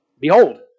behold